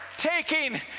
taking